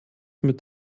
mit